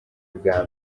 bwa